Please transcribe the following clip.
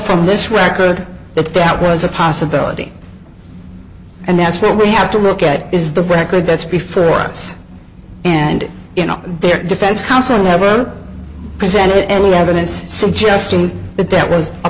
from this record that that was a possibility and that's what we have to look at is the record that's before us and you know their defense counsel never presented any evidence suggesting that that was a